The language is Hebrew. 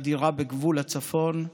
חדירה בגבול הצפון,